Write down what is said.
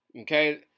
okay